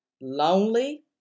lonely